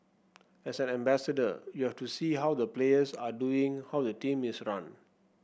as an ambassador you have to see how the players are doing how the team is run